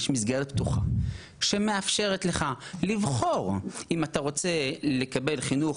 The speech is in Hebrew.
יש מסגרת פתוחה שמאפשרת לך לבחור אם אתה רוצה לקבל חינוך